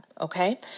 okay